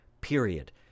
period